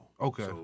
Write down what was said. Okay